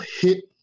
hit